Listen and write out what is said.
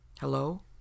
Hello